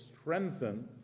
strengthen